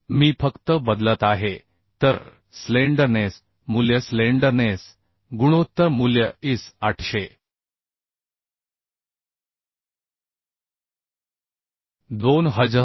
मी फक्त बदलत आहे तर स्लेंडरनेस मूल्य स्लेंडरनेस गुणोत्तर मूल्य IS 8002007